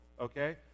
okay